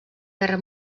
guerra